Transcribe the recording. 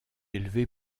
élevé